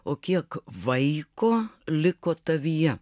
o kiek vaiko liko tavyje